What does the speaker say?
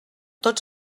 tots